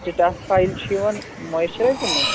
Cetaphil چھُ یِوَان moisturiser نا